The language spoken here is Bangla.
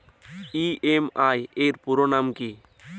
ই.এম.আই এর পুরোনাম কী?